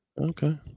okay